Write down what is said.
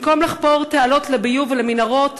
במקום לחפור תעלות לביוב ומנהרות